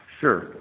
Sure